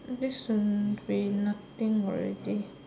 this should be nothing already